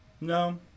No